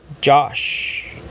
Josh